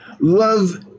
Love